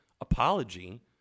apology